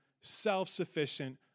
self-sufficient